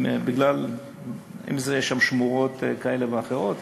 אם מכיוון שיש שם שמורות כאלה ואחרות,